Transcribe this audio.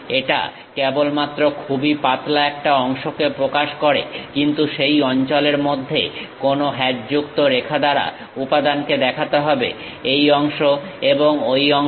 এটা কেবলমাত্র খুবই পাতলা একটা অংশকে প্রকাশ করে কিন্তু সেই অঞ্চলের মধ্যে হ্যাচযুক্ত রেখার দ্বারা উপাদানকে দেখাতে হবে এই অংশ এবং ঐ অংশ